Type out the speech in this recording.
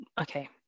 Okay